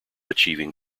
achieving